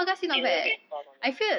it's a bit far for me